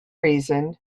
reason